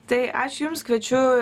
tai ačiū jums kviečiu